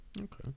okay